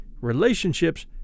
relationships